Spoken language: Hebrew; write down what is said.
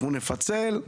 נפצל,